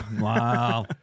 Wow